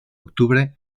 octubre